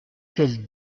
quel